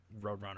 Roadrunner